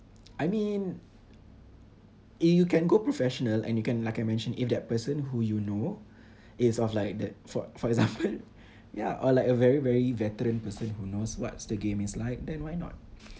I mean eh you can go professional and you can like I mentioned if that person who you know is of like that for for example ya or like a very very veteran person who knows what's the game is like then why not